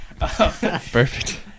Perfect